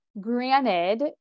Granted